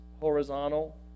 horizontal